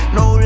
no